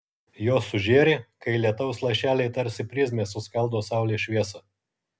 jos sužėri kai lietaus lašeliai tarsi prizmė suskaldo saulės šviesą